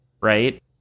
Right